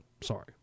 Sorry